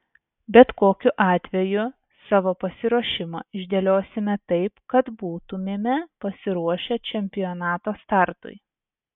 bet kokiu atveju savo pasiruošimą išdėliosime taip kad būtumėme pasiruošę čempionato startui